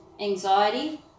anxiety